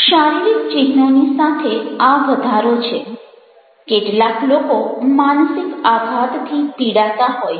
શારીરિક ચિહ્નોની સાથે આ વધારો છે કેટલાક લોકો માનસિક આઘાતથી પીડાતા હોય છે